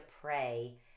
pray